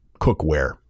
cookware